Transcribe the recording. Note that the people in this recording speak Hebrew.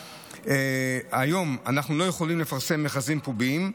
היום אנחנו לא יכולים לפרסם מכרזים פומביים.